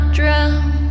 drown